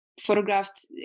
photographed